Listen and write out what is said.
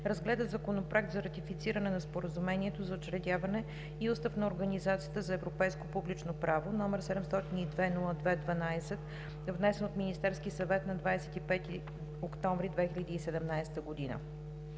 разгледа Законопроект за ратифициране на Споразумението за учредяване и Устав на Организацията за европейско публично право, № 702-02-12, внесен от Министерския съвет на 25 октомври 2017 г.